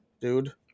dude